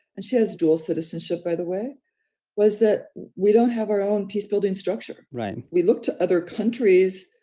and she has dual citizenship, by the way was that we don't have our own peace building structure, right? we look to other countries,